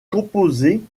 composés